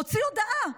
הוציא הודעה.